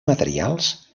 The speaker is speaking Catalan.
materials